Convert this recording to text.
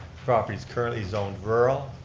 property's currently zone virile.